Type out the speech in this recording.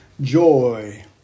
joy